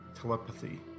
telepathy